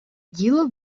діло